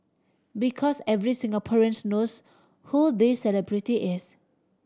because every Singaporeans knows who this celebrity is